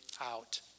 out